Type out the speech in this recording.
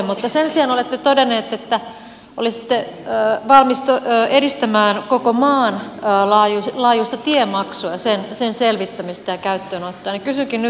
mutta sen sijaan olette todennut että olisitte valmis edistämään koko maan laajuisen tiemaksun selvittämistä ja käyttöönottoa